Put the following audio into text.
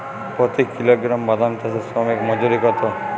প্রতি কিলোগ্রাম বাদাম চাষে শ্রমিক মজুরি কত?